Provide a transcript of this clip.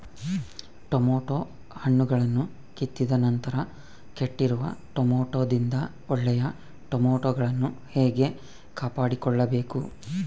Tomato ಹಣ್ಣುಗಳನ್ನು ಕಿತ್ತಿದ ನಂತರ ಕೆಟ್ಟಿರುವ ಟೊಮೆಟೊದಿಂದ ಒಳ್ಳೆಯ ಟೊಮೆಟೊಗಳನ್ನು ಹೇಗೆ ಕಾಪಾಡಿಕೊಳ್ಳಬೇಕು?